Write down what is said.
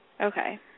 Okay